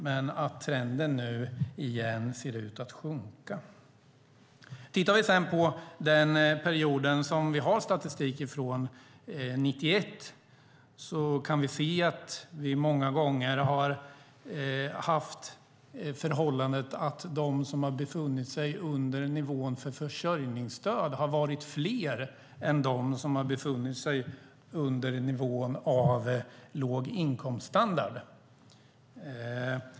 Men trenden ser återigen ut att sjunka. Om vi sedan tittar på den period som det finns statistik från, nämligen från 1991, framgår det att det många gånger har varit så att de som har befunnit sig under nivån för försörjningsstöd har varit fler än de som har befunnit sig under nivån för låg inkomststandard.